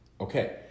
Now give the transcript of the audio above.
Okay